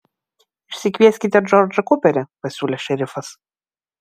išsikvieskite džordžą kuperį pasiūlė šerifas